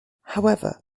however